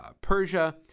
Persia